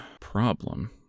problem